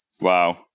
Wow